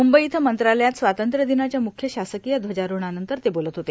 मुंबई इथं मंत्रालयात स्वातंत्र्यदिनाच्या मुख्य शासकीय ध्वजारोहणानंतर ते बोलत होते